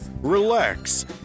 Relax